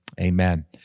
amen